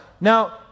Now